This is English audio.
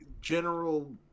general